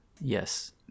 Yes